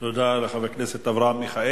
תודה לחבר הכנסת מיכאלי.